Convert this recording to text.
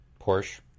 Porsche